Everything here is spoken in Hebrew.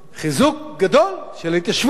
גדול של ההתיישבות.